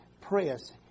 press